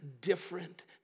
different